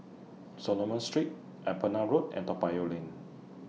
Solomon Street Upavon Road and Toa Payoh Lane